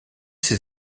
ses